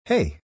Hey